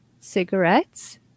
cigarettes